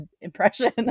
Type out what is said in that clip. impression